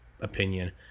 opinion